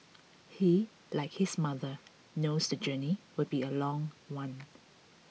he like his mother knows the journey will be a long one